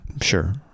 Sure